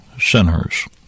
sinners